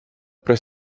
про